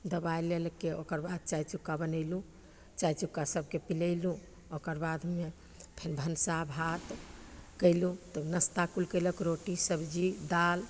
दवाइ लैके ओकर बाद चाइ चुक्का बनेलहुँ चाइ चुक्का सभके पिलैलहुँ ओकर बादमे फेन भनसा भात कएलहुँ तब नाश्ता कोइ कएलक रोटी सबजी दालि